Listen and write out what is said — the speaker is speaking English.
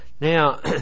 Now